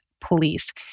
police